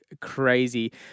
crazy